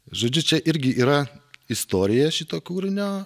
žodžiu čia irgi yra istorija šito kūrinio